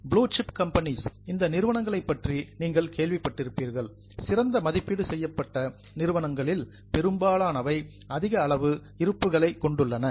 blue chip companies இந்த நிறுவனங்களைப் பற்றி நீங்கள் கேள்விப்பட்டிருப்பீர்கள் சிறந்த மதிப்பீடு செய்யப்பட்ட நிறுவனங்களில் பெரும்பாலானவை அதிக அளவு இருப்புகளை கொண்டுள்ளன